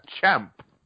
champ